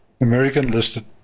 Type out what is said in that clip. American-listed